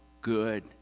good